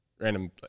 random